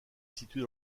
située